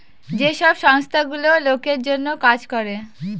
যে সব সংস্থা গুলো লোকের জন্য কাজ করে